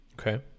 Okay